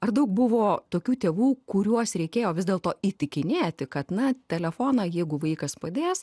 ar daug buvo tokių tėvų kuriuos reikėjo vis dėlto įtikinėti kad na telefoną jeigu vaikas padės